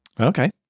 Okay